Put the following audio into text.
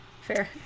Fair